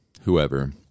whoever